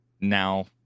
now